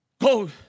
go